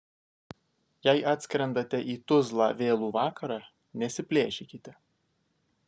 jei atskrendate į tuzlą vėlų vakarą nesiplėšykite